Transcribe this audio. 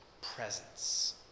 presence